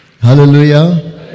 Hallelujah